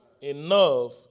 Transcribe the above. Enough